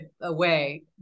away